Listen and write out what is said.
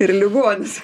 ir ligonis